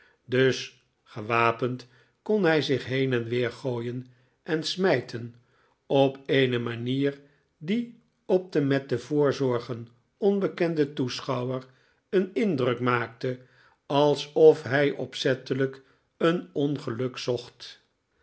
dus gewapend kon hij zich heen en weer gooien en smijten op eene manier die op den met de voorzorgen onbekenden toeschouwer een indruk maakte alsof hij opzettelijk een ongeluk zocht